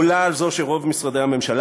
עולה על זו של רוב משרדי הממשלה,